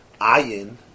Ayin